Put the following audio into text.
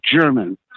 German